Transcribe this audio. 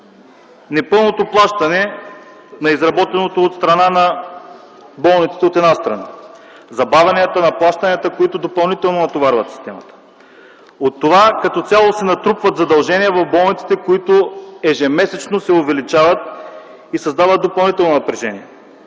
Непълното плащане на изработеното от страна на болниците, забавянето на плащанията, които допълнително натоварват системата. От това като цяло допълнително се натрупват задължения в болниците, които ежемесечно се увеличават и създават допълнително напрежение.